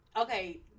Okay